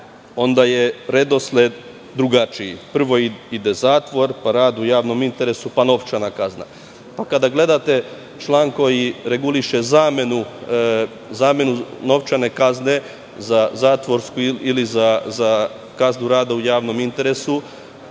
onda je redosled drugačiji - prvo ide zatvor, pa rad u javnom interesu, pa novčana kazna. Kada gledate član koji reguliše zamenu novčane kazne za zatvorsku ili za kaznu rada u javnom interesu,